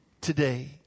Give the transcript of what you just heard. today